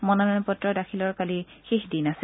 মনোনয়ন পত্ৰ দাখিলৰ কালি শেষ দিন আছিল